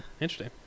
interesting